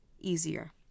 easier